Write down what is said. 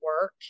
work